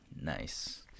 Nice